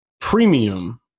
premium